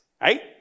right